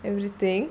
everything